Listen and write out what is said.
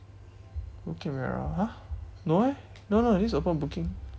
bukit-merah !huh! no eh no no this is open booking